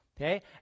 okay